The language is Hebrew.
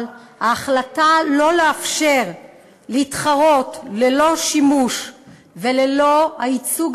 אבל ההחלטה שלא לאפשר להתחרות ללא שימוש וללא הייצוג